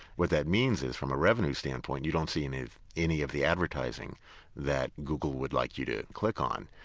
what that means is from a revenue standpoint, you don't see any of any of the advertising that google would like you to click on.